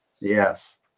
Yes